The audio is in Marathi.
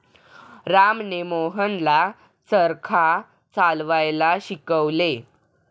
रामने मोहनला चरखा चालवायला शिकवले